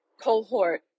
cohort